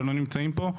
שלא נמצא פה,